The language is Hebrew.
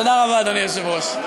תודה רבה, אדוני היושב-ראש.